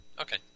okay